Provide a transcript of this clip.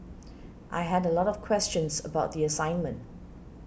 I had a lot of questions about the assignment